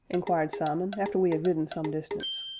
inquired simon, after we had ridden some distance.